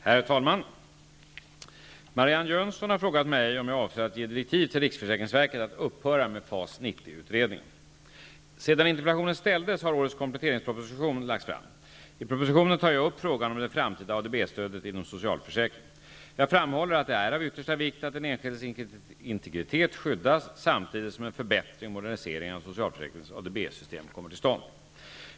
Herr talman! Marianne Jönsson har frågat mig om jag avser att ge direktiv till riksförsäkringsverket att upphöra med FAS 90-utredningen. lagts fram. I propositionen tar jag upp frågan om det framtida ADB-stödet inom socialförsäkringen. Jag framhåller att det är av yttersta vikt att den enskildes integritet skyddas samtidigt som en förbättring och modernisering av socialförsäkringens ADB-system kommer till stånd.